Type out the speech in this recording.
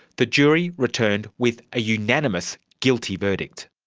the jury returned with a unanimous guilty verdict.